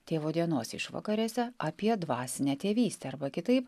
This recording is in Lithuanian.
tėvo dienos išvakarėse apie dvasinę tėvystę arba kitaip